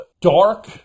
dark